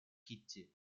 кити